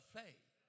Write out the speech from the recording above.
faith